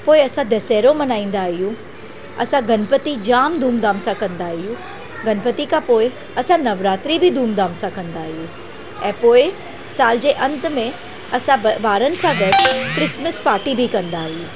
पोइ असां दशहरो मल्हाईंदा आहियूं असां गणपति जाम धूमधाम सां कंदा आहियूं गणपति खां पोइ असां नवरात्रि बि धूमधाम सां कंदा आहियूं ऐं पोइ साल जे अंत में असां बि ॿारनि सां गॾु क्रिसमस पार्टी बि कंदा आहियूं